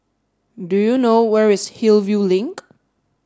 do you know where is Hillview Link